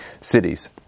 Cities